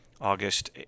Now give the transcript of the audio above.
August